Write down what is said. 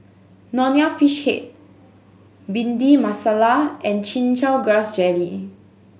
Nonya Fish Head Bhindi Masala and Chin Chow Grass Jelly